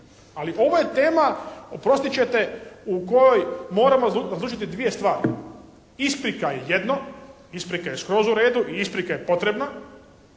ali ovo je tema oprostit ćete u kojoj moramo slušati dvije stvari. Isprika je jedno, isprika je skroz u redu i isprika je potrebna,